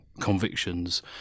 convictions